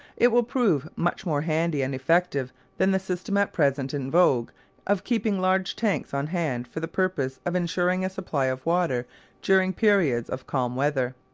it will prove much more handy and effective than the system at present in vogue of keeping large tanks on hand for the purpose of ensuring a supply of water during periods of calm weather.